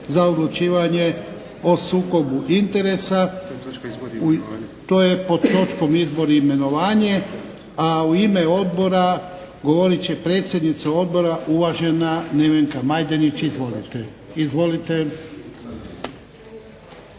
za odlučivanja o sukobu interesa. to je pod točkom - Izbor i imenovanja A u ime odbora govorit će predsjednica odbora uvažena Nevenka Majdenić. Izvolite.